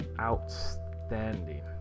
outstanding